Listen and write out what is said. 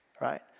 right